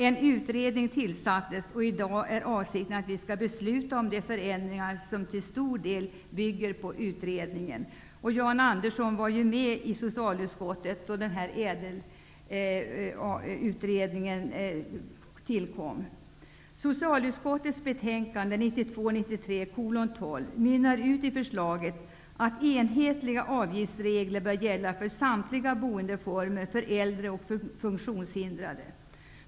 En utredning tillsattes, och avsikten är att vi i dag skall fatta beslut om de förändringar som till stor del bygger på utredningens förslag. Jan Andersson tillhörde socialutskottet då denna utredning beslutades. Socialutskottets betänkande 1992/93:12 mynnar ut i förslaget att enhetliga avgiftsregler skall gälla för samtliga boendeformer för äldre och funktionshindrade.